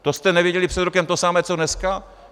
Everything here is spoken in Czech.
To jste nevěděli před rokem to samé co dneska?